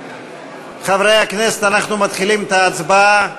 חברי הכנסת, אנחנו מתחילים את ההצבעה.